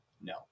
no